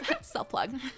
self-plug